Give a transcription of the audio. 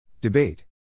Debate